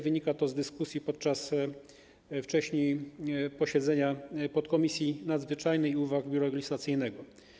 Wynika to z dyskusji podczas wcześniejszego posiedzenia podkomisji nadzwyczajnej i uwag Biura Legislacyjnego.